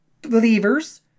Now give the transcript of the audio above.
believers